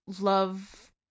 love